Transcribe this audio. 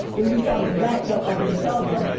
when you saw in the black belt like in selma,